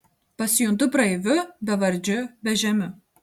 pasijuntu praeiviu bevardžiu bežemiu